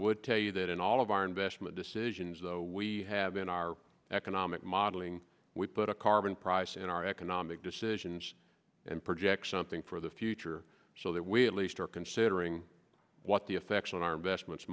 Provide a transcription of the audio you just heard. would tell you that in all of our investment decisions though we have in our economic modeling we put a carbon price in our economic decisions and project something for the future so that we at least are considering what the effects on our investments